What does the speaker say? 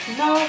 no